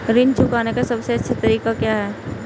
ऋण चुकाने का सबसे अच्छा तरीका क्या है?